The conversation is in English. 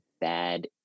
bad